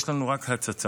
יש לנו רק הצצה.